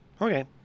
Okay